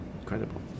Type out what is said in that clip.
incredible